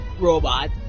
robot